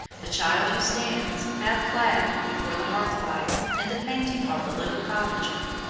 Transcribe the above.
the child who stands, half-clad, before the hearth-fire, in the painting called the little cottager,